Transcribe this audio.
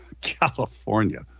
California